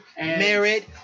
merit